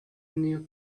new